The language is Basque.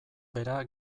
bera